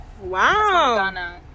wow